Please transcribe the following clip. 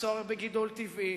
בצורך בגידול טבעי,